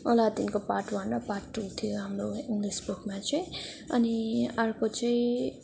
अलादिनको part one र part two थियो हाम्रो इङ्लिस बुकमा चाहिँ अनि अर्को चाहिँ